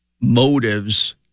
motives